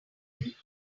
language